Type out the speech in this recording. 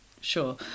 sure